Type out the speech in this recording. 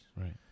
Right